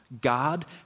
God